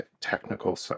technical